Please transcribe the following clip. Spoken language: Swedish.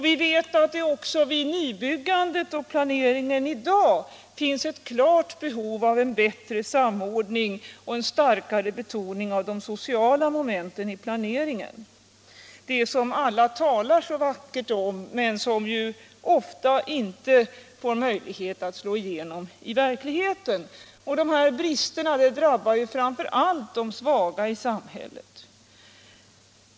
Vi vet att det också vid nybyggandet och planeringen i dag finns ett klart behov av en bättre samordning och en starkare betoning av det sociala momentet i planeringen — det som alla talar så vackert om, men som ju ofta inte får möjlighet att slå igenom i verkligheten. Dessa brister drabbar framför allt de svaga i samhället.